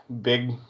Big